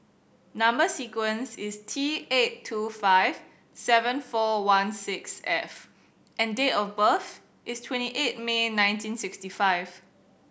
number sequence is T eight two five seven four one six F and date of birth is twenty eight May nineteen sixty five